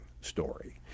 story